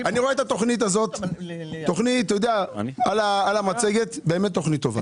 אני רואה את התוכנית הזאת ועל המצגת זאת באמת תוכנית טובה.